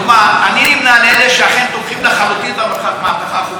אני נמנה עם אלה שאכן תומכים לחלוטין במהפכה החוקתית,